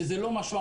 שזה לא משהו,